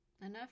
Enough